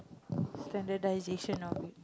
standardisation of it